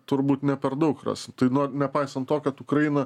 turbūt ne per daug rasi tai nuo nepaisant to kad ukraina